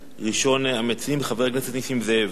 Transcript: הצעות מס' 8437, 8448, 8462, 8463